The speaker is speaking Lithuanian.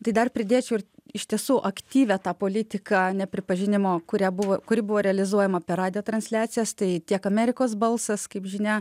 tai dar pridėčiau ir iš tiesų aktyvią tą politiką nepripažinimo kuria buvo kuri buvo realizuojama per radijo transliacijas tai tiek amerikos balsas kaip žinia